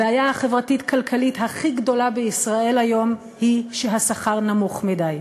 הבעיה החברתית-כלכלית הכי גדולה בישראל היום היא שהשכר נמוך מדי.